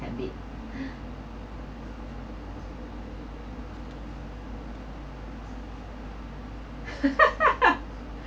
habit